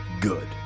good